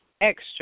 extra